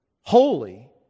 Holy